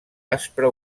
aspra